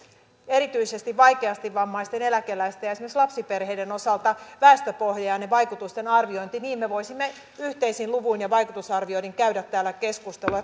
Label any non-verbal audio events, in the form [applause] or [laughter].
erityisesti vaikeasti vammaisten eläkeläisten ja esimerkiksi lapsiperheiden osalta väestöpohjainen vaikutusten arviointi niin me voisimme yhteisin luvuin ja vaikutusarvioinnein käydä täällä keskustelua [unintelligible]